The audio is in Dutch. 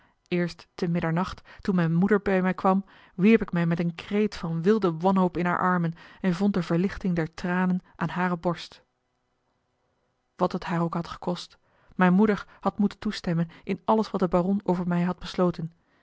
eerst te middernacht toen mijne moeder bij mij kwam wierp ik mij met een kreet van wilde wanhoop in hare armen en vond de verlichting der tranen aan hare borst wat het haar ook had gekost mijne moeder had moeten a l g bosboom-toussaint de delftsche wonderdokter eel emen in alles wat de baron over mij had besloten